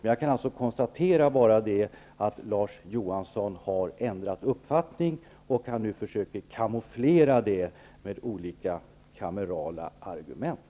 Men jag konstaterar att Larz Johansson har ändrat uppfattning och att han nu försöker kamouflera detta med olika kamerala argument.